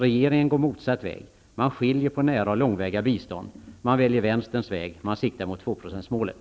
Regeringen går motsatt väg. Man skiljer på nära och långväga bistånd. Man väljer vänsterns väg. Man siktar mot tvåprocentsmålet.